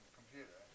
computer